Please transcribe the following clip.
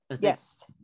yes